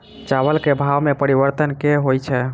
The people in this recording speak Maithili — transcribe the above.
चावल केँ भाव मे परिवर्तन केल होइ छै?